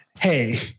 hey